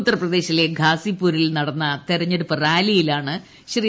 ഉത്തർപ്രദേശിലെ ഗാസിപൂരിൽ നടന്ന തെരഞ്ഞെടുപ്പ് റാലിയിലാണ് ശ്രീ